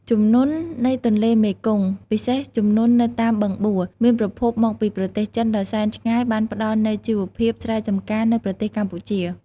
ជំនន់នៃទន្លេមេគង្គ ពិសេសជំនន់នៅតាមបឹងបួរ មានប្រភពមកពីប្រទេសចិនដ៏សែនឆ្ងាយបានផ្តល់នូវជីវភាពស្រែចម្ការនៅប្រទេសកម្ពុជា។